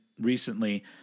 recently